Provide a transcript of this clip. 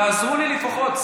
תעזרו לי לפחות.